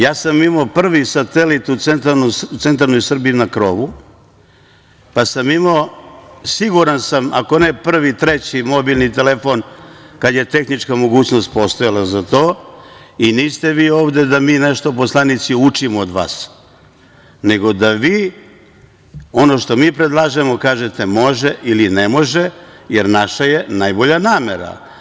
Ja sam imao prvi satelit u centralnoj Srbiji na krovu, pa sam imao siguran sam ako ne prvi, treći, mobilni telefon kada je tehnička mogućnost postojala za to i niste vi ovde da mi nešto poslanici učimo od vas, nego da vi ono što mi predlažemo, kažete može ili ne može, jer naše je najbolja namera.